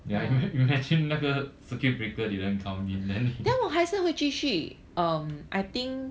ya imagine 那个 circuit breaker didn't come in then